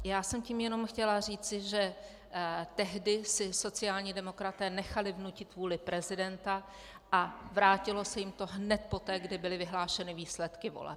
Já jsem tím jenom chtěla říci, že tehdy si sociální demokraté nechali vnutit vůli prezidenta a vrátilo se jim to hned poté, kdy byly vyhlášeny výsledky voleb.